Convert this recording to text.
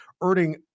earning